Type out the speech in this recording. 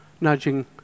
nudging